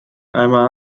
einmal